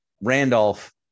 Randolph